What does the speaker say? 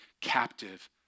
captive